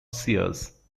sears